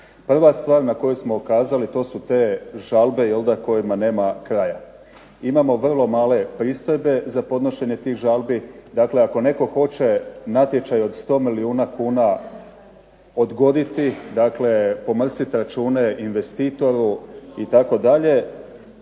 Prva stvar na koju smo ukazali to su te žalbe kojima nema kraja. Imamo vrlo male pristojbe za podnošenje tih žalbi. Dakle, ako netko hoće natječaj od 100 milijuna kuna odgoditi, dakle pomrsiti račune investitoru itd.